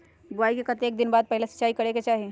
बोआई के कतेक दिन बाद पहिला सिंचाई करे के चाही?